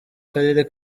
karere